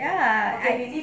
ya I